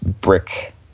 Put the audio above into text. brick